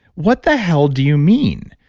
what the hell do you mean?